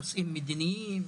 נושאים מדיניים,